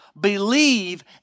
believe